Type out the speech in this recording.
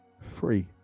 free